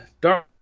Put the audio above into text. Dark